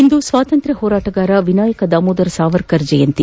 ಇಂದು ಸ್ವಾತಂತ್ರ್ ಹೋರಾಟಗಾರ ವಿನಾಯಕ ದಾಮೋದರ ಸಾವರ್ಕರ್ ಜಯಂತಿ